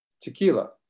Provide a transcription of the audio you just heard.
tequila